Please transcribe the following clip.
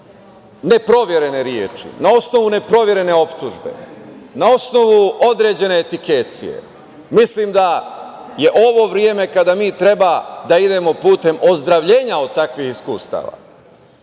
neproverene reči, na osnovu neproverene optužbe, na osnovu određene etikecije mislim da je ovo vreme kada mi treba da idemo putem ozdravljenja od takvih iskustava. Dakle,